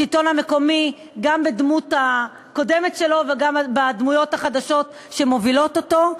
גם בדמות הקודמת שלו וגם הדמויות החדשות שמובילות אותו.